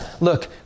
Look